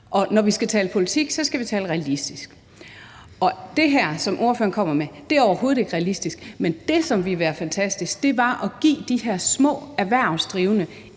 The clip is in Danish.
når vi skal tale politik, skal vi tale realistisk. Og det, som ordføreren kommer med her, er overhovedet ikke realistisk. Men det, som ville være fantastisk, var at give de her små erhvervsdrivende